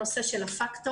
הנושא של הפקטור,